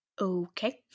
Okay